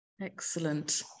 Excellent